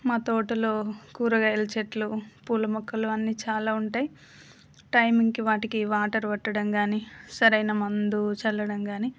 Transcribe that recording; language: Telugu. మా తోటలో కూరగాయల చెట్లు పూల మొక్కలు అన్నీ చాలా ఉంటాయి టైంకి వాటికి వాటర్ పెట్టడం కానీ సరైన మందు చల్లడం కానీ